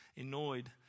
annoyed